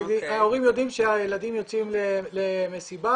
ההורים יודעים שהם יוצאים למסיבה,